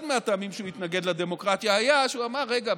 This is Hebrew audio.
אחד הטעמים לכך שהוא התנגד לדמוקרטיה היה שהוא אמר: רגע,